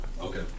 Okay